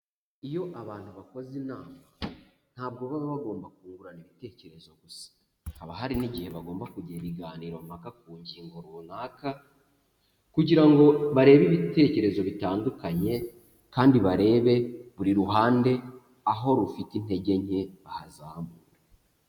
Iyo abantu bakoze inama ntabwo baba bagomba kungurana ibitekerezo gusa, haba hari n'igihe bagomba kugira ibiganiro mpaka ku ngingo runaka kugira ngo barebe ibitekerezo bitandukanye, kandi barebe buri ruhande aho rufite intege nke bahazamure.